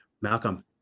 Malcolm